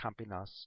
Campinas